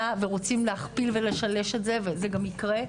ורוצים להכפיל ולשלש את זה וזה גם ייקרה.